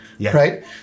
right